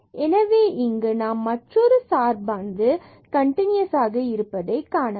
எனவே இங்கு நாம் மற்றொரு சார்பானது கன்டினியூஸ்ஆக இருப்பதை காணலாம்